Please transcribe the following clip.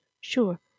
Sure